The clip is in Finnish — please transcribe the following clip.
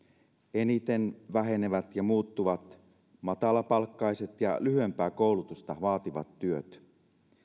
eniten vähenevät ja muuttuvat matalapalkkaiset ja lyhyempää koulutusta vaativat työt